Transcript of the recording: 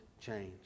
change